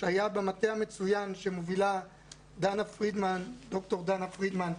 שהיה במטה המצוין שמובילה ד"ר דנה פרידמן,